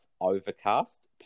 Overcast